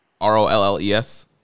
R-O-L-L-E-S